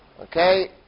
Okay